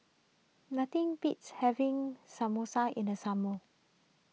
nothing beats having Samosa in the summer